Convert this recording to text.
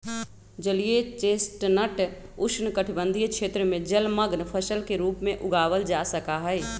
जलीय चेस्टनट उष्णकटिबंध क्षेत्र में जलमंग्न फसल के रूप में उगावल जा सका हई